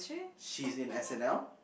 she's in S-N_L